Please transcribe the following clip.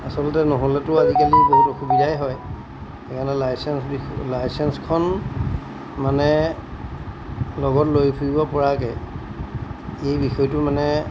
আচলতে নহ'লেতো আজিকালি বহুত অসুবিধাই হয় সেইকাৰণে লাইচেন্স বিষ লাইচেঞ্চখন মানে লগত লৈ ফুৰিব পৰাকৈ এই বিষয়টো মানে